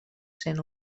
sent